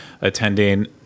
attending